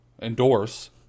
endorse